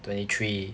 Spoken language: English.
twenty three